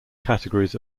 categories